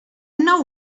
know